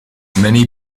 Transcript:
many